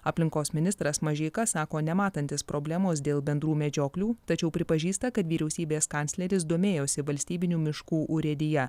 aplinkos ministras mažeika sako nematantis problemos dėl bendrų medžioklių tačiau pripažįsta kad vyriausybės kancleris domėjosi valstybinių miškų urėdija